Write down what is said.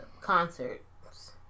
concerts